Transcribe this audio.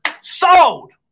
sold